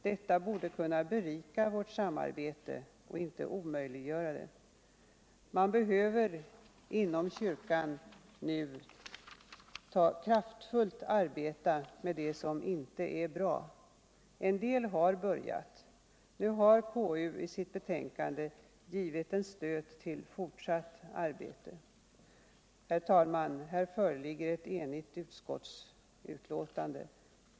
Detta borde kunna berika vårt samarbete och inte omöjliggöra det. Man behöver nu inom kyrkan kraftfullt arbeta med det som inte är bra. En del har börjat. Nu har konstitutionsutskottet i sitt betänkande givit en stöt till fortsatt arbete. Herr talman! Här föreligger ett enigt utskottsbetänkande.